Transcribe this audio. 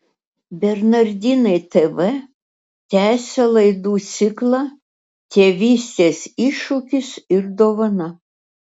bernardinai tv tęsia laidų ciklą tėvystės iššūkis ir dovana